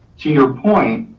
to your point,